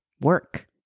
work